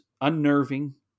unnerving